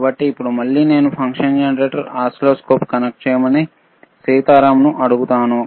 కాబట్టి ఇప్పుడు మళ్ళీ నేను ఫంక్షన్ జనరేటర్ను ఒస్సిల్లోస్కోప్ కనెక్ట్ చేయమని సీతారామ్ను అడుగుతాను